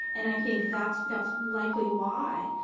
and i think that's that's likely why,